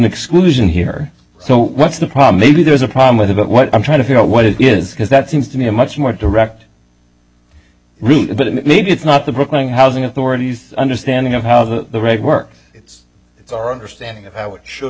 exclusion here so what's the problem maybe there's a problem with it but what i'm trying to figure out what it is because that seems to be a much more direct route but maybe it's not the brooklyn housing authorities understanding of how the great work it's it's our understanding of how it should